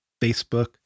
Facebook